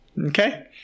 Okay